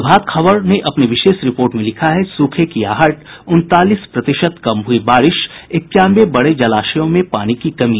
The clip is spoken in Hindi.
प्रभात खबर ने अपनी विशेष रिपोर्ट में लिखा है सूखे की आहट उनतालीस प्रतिशत कम हुयी बारिश इक्यानवे बड़े जलाशयों में पानी की कमी